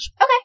Okay